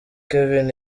kevin